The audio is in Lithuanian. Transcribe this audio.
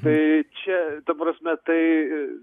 tai čia ta prasme tai